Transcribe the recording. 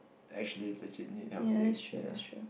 actually legit need help leh ya